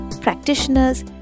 practitioners